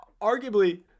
arguably